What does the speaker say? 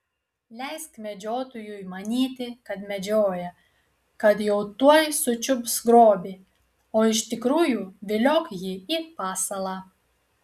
leisk medžiotojui manyti kad medžioja kad jau tuoj sučiups grobį o iš tikrųjų viliok jį į pasalą